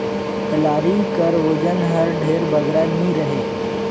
कलारी कर ओजन हर ढेर बगरा नी रहें